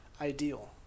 ideal